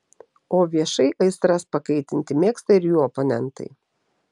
o viešai aistras pakaitinti mėgsta ir jų oponentai